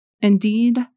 indeed